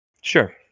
Sure